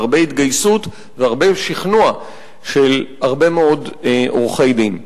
בהרבה התגייסות ובהרבה שכנוע של הרבה מאוד עורכי-דין.